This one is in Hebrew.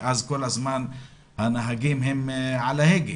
וכל הזמן הנהגים על ההגה.